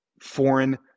foreign